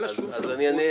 אז אני אענה.